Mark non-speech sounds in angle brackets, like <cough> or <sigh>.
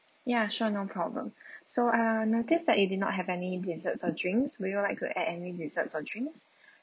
ya sure no problem <breath> so ah I notice that you did not have any desserts or drinks would you like to add any dessert or drinks